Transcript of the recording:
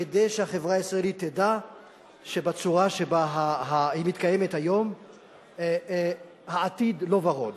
כדי שהחברה הישראלית תדע שבצורה שבה היא מתקיימת היום העתיד לא ורוד,